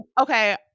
okay